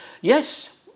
Yes